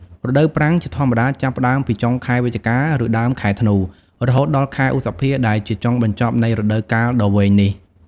រដូវប្រាំងជាធម្មតាចាប់ផ្ដើមពីចុងខែវិច្ឆិកា ឬដើមខែធ្នូ រហូតដល់ខែឧសភាដែលជាចុងបញ្ចប់នៃរដូវកាលដ៏វែងនេះ។